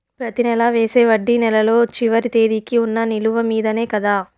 ప్రతి నెల వేసే వడ్డీ నెలలో చివరి తేదీకి వున్న నిలువ మీదనే కదా?